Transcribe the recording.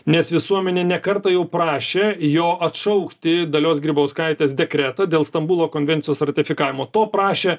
nes visuomenė ne kartą jau prašė jo atšaukti dalios grybauskaitės dekretą dėl stambulo konvencijos ratifikavimo to prašė